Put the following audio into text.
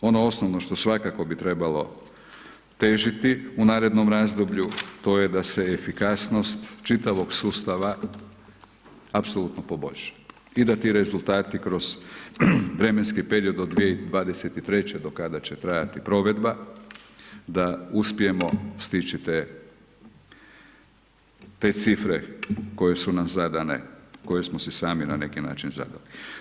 Znači, ono osnovno što svakako bi trebalo težiti u narednom razdoblju, to je da se efikasnost čitavog sustava apsolutno poboljša i da ti rezultati kroz vremenski period do 2023. do kada će trajati provedba, da uspijemo stići te cifre koje su nam zadane, koje su nam sami na neki način zadali.